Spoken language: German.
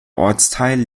ortsteil